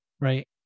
right